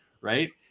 right